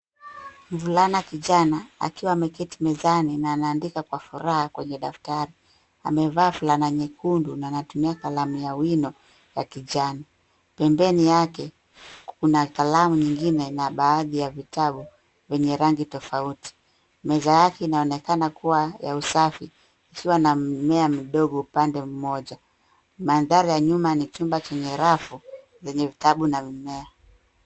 Mvulana kijana akiwa ameketi mezani na anaandika kwa furaha kwenye daftari. Amevaa fulana nyekundu na anatumia kalamu ya wino ya kijani. Pembeni yake, kuna kalamu nyingine na baadhi ya vitabu venye rangi tofauti. Meza yake inaonekana kuwa ya usafi ikiwa na mimea midogo upande mmoja. Mandhari ya nyuma ni chumba chenye rafu zenye vitabu na mimea.